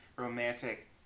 romantic